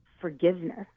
forgiveness